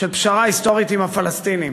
של פשרה היסטורית עם הפלסטינים.